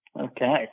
Okay